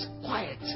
quiet